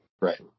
Right